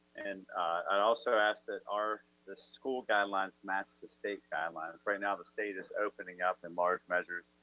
and i'd also ask that are, the school guidelines match the state guidelines. right now, the state is opening up in large measures,